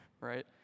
right